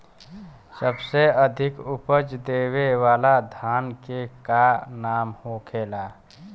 सबसे अधिक उपज देवे वाला धान के का नाम होखे ला?